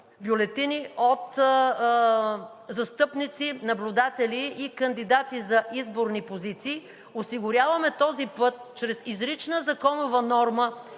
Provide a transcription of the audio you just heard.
бюлетини от застъпници, наблюдатели и кандидати за изборни позиции. Осигуряваме този път чрез изрична законова норма